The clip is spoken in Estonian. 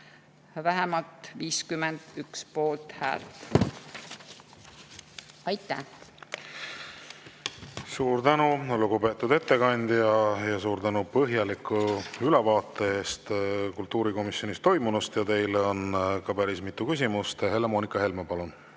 vähemalt 51 poolthäält. Aitäh! Suur tänu, lugupeetud ettekandja, suur tänu põhjaliku ülevaate eest kultuurikomisjonis toimunust! Teile on päris mitu küsimust. Helle-Moonika Helme, palun!